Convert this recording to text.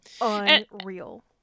unreal